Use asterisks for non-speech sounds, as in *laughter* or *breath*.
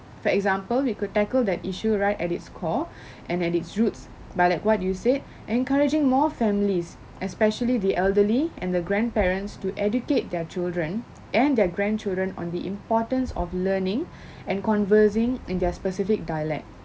for example we could tackle that issue right at its core *breath* and at its roots but like what you said *breath* encouraging more families especially the elderly and the grandparents to educate their children and their grandchildren on the importance of learning *breath* and conversing in their specific dialect